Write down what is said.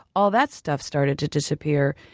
all that stuff started to disappear.